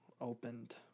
opened